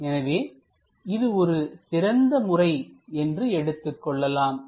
எனவே இது ஒரு சிறந்த முறை என்று எடுத்துக் கொள்ளலாம்